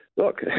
Look